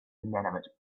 inanimate